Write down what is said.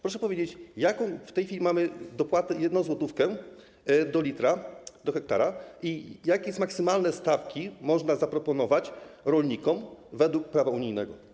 Proszę powiedzieć, w tej chwili mamy dopłatę 1 złotówkę do litra do hektara, a jakie maksymalne stawki można zaproponować rolnikom według prawa unijnego?